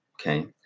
okay